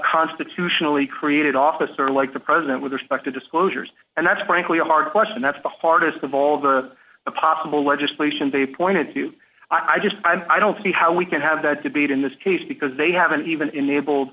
constitutionally created office are like the president with respect to disclosures and that's frankly a hard question that's the hardest of all the possible legislation they pointed to i just i don't see how we can have that debate in this case because they haven't even enable